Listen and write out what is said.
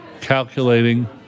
calculating